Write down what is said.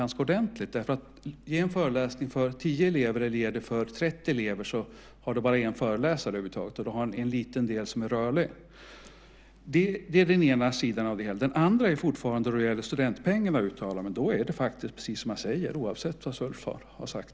Att ge en föreläsning för tio elever eller ge den för 30 elever innebär att man fortfarande bara har en föreläsare; sedan finns där en liten del som är rörlig. Då det gäller studentpengarna, som jag uttalade mig om, är det faktiskt precis som jag sade, oavsett vad Sulf har sagt.